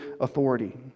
authority